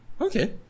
okay